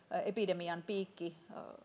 epidemian piikki